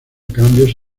cambios